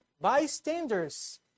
Bystanders